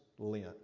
Lent